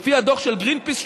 לפי הדוח של גרינפיס,